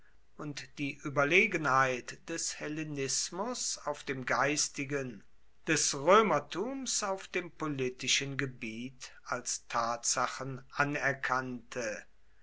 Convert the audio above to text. und die überlegenheit des hellenismus auf dem geistigen des römertums auf dem politischen gebiet als tatsachen anerkannte